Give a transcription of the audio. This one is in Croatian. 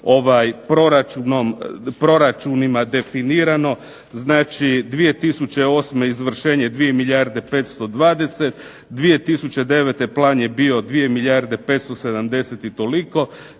proračunima definirano. Znači 2008. izvršenje 2 milijarde 520. 2009. plan je bio 2 milijarde 570 i toliko.